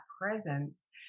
presence